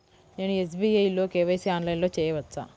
నేను ఎస్.బీ.ఐ లో కే.వై.సి ఆన్లైన్లో చేయవచ్చా?